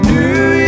New